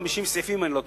650 סעיפים, אם איני טועה.